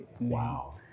Wow